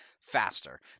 faster